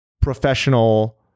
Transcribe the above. professional